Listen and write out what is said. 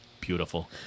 Beautiful